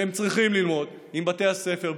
והם צריכים ללמוד עם בתי הספר,